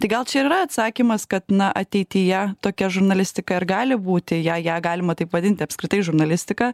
tai gal čia ir yra atsakymas kad na ateityje tokia žurnalistika ir gali būti jei ją galima taip vadinti apskritai žurnalistika